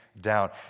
down